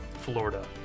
Florida